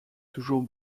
toujours